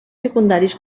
secundaris